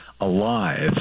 alive